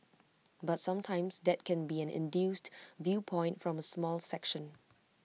but sometimes that can be an induced viewpoint from A small section